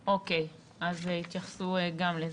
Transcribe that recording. אוקיי, אז יתייחסו גם לזה.